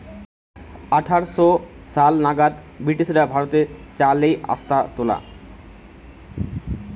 আঠার শ সাল নাগাদ ব্রিটিশরা ভারতে চা লেই আসতালা